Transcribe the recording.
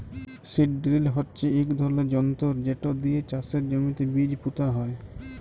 seed drill হচ্যে ইক ধরলের যনতর যেট দিয়ে চাষের জমিতে বীজ পুঁতা হয়